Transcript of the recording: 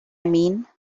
mean